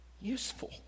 Useful